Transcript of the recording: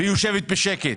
והיא יושבת בשקט.